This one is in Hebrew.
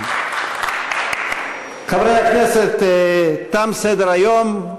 (מחיאות כפיים) חברי הכנסת, תם סדר-היום.